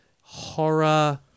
horror